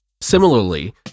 Similarly